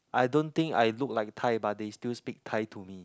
I don't think I look like Thai but they still speak Thai to me